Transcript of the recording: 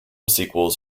sequels